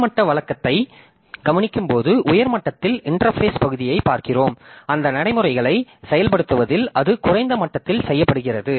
கீழ் மட்ட வழக்கத்தை கவனிக்கும்போது உயர் மட்டத்தில் இன்டெர்பேஸ்ப் பகுதியைப் பார்க்கிறோம் அந்த நடைமுறைகளை செயல்படுத்துவதில் அது குறைந்த மட்டத்தில் செய்யப்படுகிறது